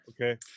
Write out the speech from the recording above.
Okay